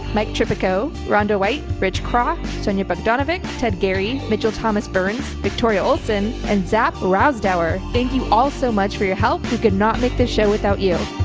mike tropico, ronda white, rich croft, sonya bogdanovic, ted gary mitchell, thomas burns, victoria olsen, and zach rowsdower. thank you all so much for your help. we could not make this show without you